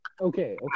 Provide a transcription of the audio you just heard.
okay